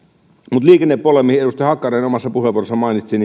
mutta liikennepuolella minkä edustaja hakkarainen omassa puheenvuorossaan mainitsi